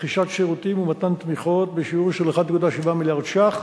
רכישת שירותים ומתן תמיכות בשיעור של 1.7 מיליארד ש"ח.